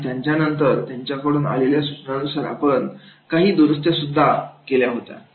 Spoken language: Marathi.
आणि नंतर त्यांच्याकडून आलेल्या सूचनानुसार आपण काही दुरुस्तीसुद्धा केल्या होत्या